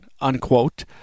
unquote